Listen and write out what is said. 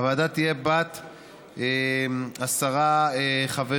הוועדה תהיה בת עשרה חברים,